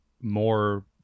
more